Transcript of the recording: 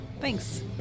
thanks